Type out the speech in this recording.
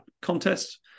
contest